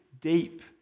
deep